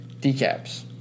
decaps